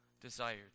desired